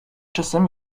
czasem